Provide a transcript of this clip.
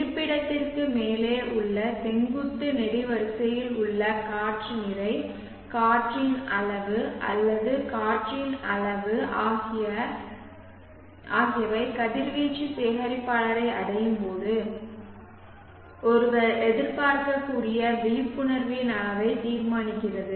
இருப்பிடத்திற்கு மேலே உள்ள செங்குத்து நெடுவரிசையில் உள்ள காற்று நிறை காற்றின் அளவு அல்லது காற்றின் அளவு ஆகியவை கதிர்வீச்சு சேகரிப்பாளரை அடையும் போது ஒருவர் எதிர்பார்க்கக்கூடிய விழிப்புணர்வின் அளவை தீர்மானிக்கிறது